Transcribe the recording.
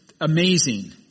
amazing